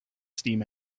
steam